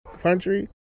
Country